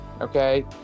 Okay